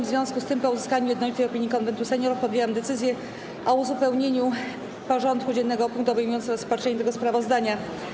W związku z tym, po uzyskaniu jednolitej opinii Konwentu Seniorów, podjęłam decyzję o uzupełnieniu porządku dziennego o punkt obejmujący rozpatrzenie tego sprawozdania.